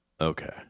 okay